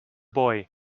boy